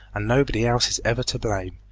and nobody else is ever to blame.